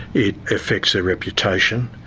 it affects their reputation,